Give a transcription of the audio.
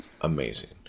amazing